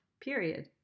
period